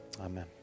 Amen